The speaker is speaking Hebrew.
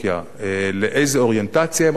לאיזו אוריינטציה הם הולכים,